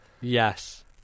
Yes